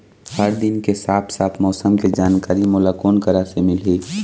हर दिन के साफ साफ मौसम के जानकारी मोला कोन करा से मिलही?